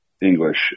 English